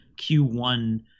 Q1